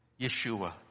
yeshua